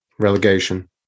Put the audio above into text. Relegation